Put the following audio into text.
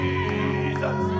Jesus